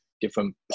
different